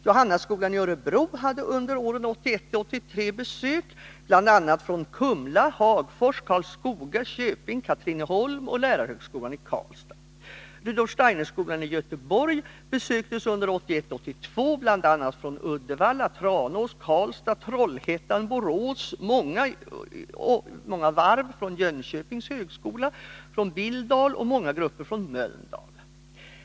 Johannaskolan i Örebro hade under åren 1981-1983 besök bl.a. från Kumla, Hagfors, Karlskoga, Köping, Katrineholm och lärarhögskolan i Karlstad. Rudolf Steinerskolan i Göteborg besöktes under 1981/82 bl.a. från Uddevalla, Tranås, Karlstad, Trollhättan, Borås — i många omgångar — Jönköpings högskola, Billdal och av en mängd grupper från Mölndal.